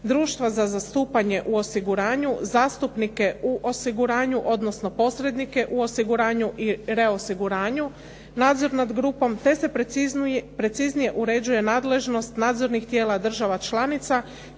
društva za zastupanje u osiguranju, zastupnike u osiguranju, odnosno posrednike u osiguranju i reosiguranju, nadzor nad grupom te se preciznije uređuje nadležnost nadzornih tijela država članica